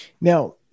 Now